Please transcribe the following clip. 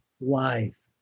life